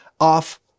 off